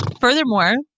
furthermore